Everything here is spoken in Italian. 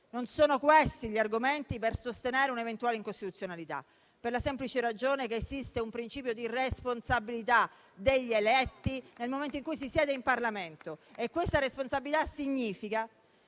Non sono questi gli argomenti per sostenere un'eventuale incostituzionalità, per la semplice ragione che esiste un principio di responsabilità degli eletti, nel momento in cui ci si siede in Parlamento. E questa responsabilità significa